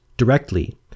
Directly